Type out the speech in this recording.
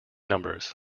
numbers